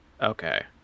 okay